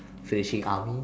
finishing army